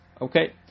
Okay